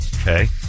okay